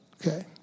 Okay